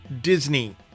Disney